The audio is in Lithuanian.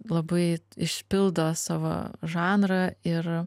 labai išpildo savo žanrą ir